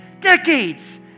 decades